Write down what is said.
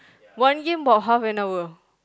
one game about half an hour